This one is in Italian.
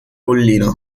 collina